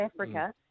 Africa